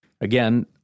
Again